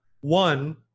One